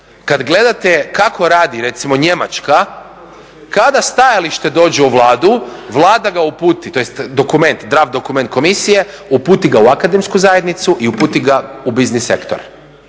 Kad gledate kako radi recimo Njemačka, kada stajalište dođe u Vladu, tj. dokument, draft dokument komisije, uputi ga u akademsku zajednicu i uputi ga u biznis sektor.